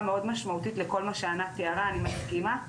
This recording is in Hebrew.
מאוד משמעותית לכל מה שענת תיארה אני מסכימה.